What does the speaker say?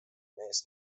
mees